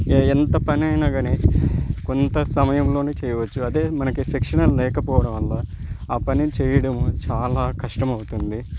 ఎంత పని అయిన కానీ కొంత సమయంలో చేయవచ్చు అదే మనకు శిక్షణ లేకపోవడం వల్ల ఆ పని చేయడం చాలా కష్టం అవుతుంది